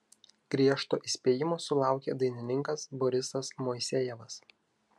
griežto įspėjimo sulaukė dainininkas borisas moisejevas